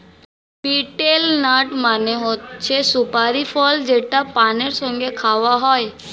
betel nut মানে হচ্ছে সুপারি ফল যেটা পানের সঙ্গে খাওয়া হয়